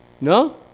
No